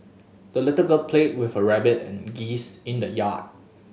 the little girl played with her rabbit and geese in the yard